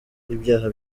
ibyaha